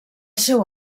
seu